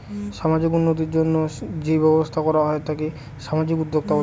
সামাজিক উন্নতির জন্য যেই ব্যবসা করা হয় তাকে সামাজিক উদ্যোক্তা বলে